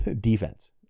defense